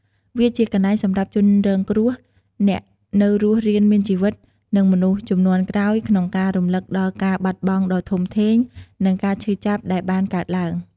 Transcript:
វាជាកន្លែងសម្រាប់ជនរងគ្រោះ អ្នកនៅរស់រានមានជីវិត និងមនុស្សជំនាន់ក្រោយក្នុងការរំលឹកដល់ការបាត់បង់ដ៏ធំធេង និងការឈឺចាប់ដែលបានកើតឡើង។